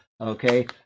Okay